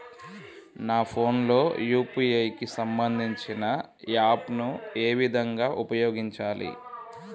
నా ఫోన్ లో యూ.పీ.ఐ కి సంబందించిన యాప్ ను ఏ విధంగా ఉపయోగించాలి?